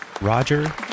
Roger